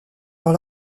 dans